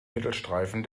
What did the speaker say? mittelstreifen